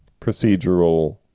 procedural